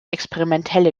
experimentelle